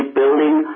building